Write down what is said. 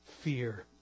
fear